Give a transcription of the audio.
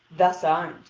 thus armed,